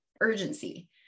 urgency